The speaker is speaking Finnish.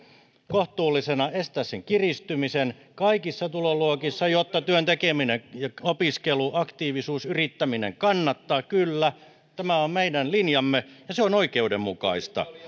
kohtuullisena ja estää sen kiristymisen kaikissa tuloluokissa jotta työn tekeminen ja opiskelu aktiivisuus yrittäminen kannattaa kyllä tämä on meidän linjamme ja se on oikeudenmukaista